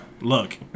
Look